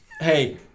hey